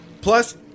plus